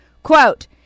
Quote